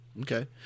Okay